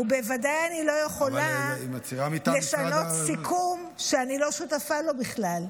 ובוודאי אני לא יכולה לשנות סיכום שאני לא שותפה לו בכלל.